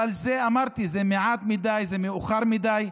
אבל אמרתי שזה מעט מדי ומאוחר מדי,